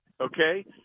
okay